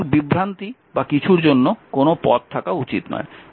সুতরাং বিভ্রান্তি বা কিছুর জন্য কোনও পথ থাকা উচিত নয়